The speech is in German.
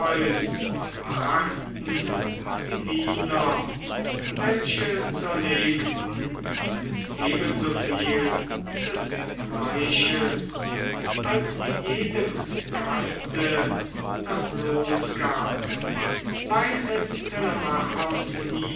brachten die diener welche zerlegten ebensoviel des fleisches als jedem gaste das los gab weil es